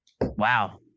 Wow